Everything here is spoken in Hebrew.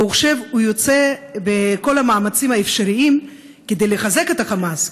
ועכשיו הוא יוצא בכל המאמצים האפשריים כדי לחזק את החמאס,